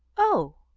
oh!